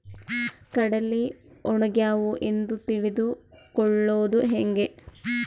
ಕಡಲಿ ಒಣಗ್ಯಾವು ಎಂದು ತಿಳಿದು ಕೊಳ್ಳೋದು ಹೇಗೆ?